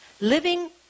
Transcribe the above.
living